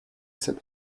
said